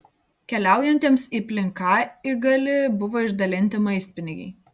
keliaujantiems į plinkaigalį buvo išdalinti maistpinigiai